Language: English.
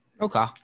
Okay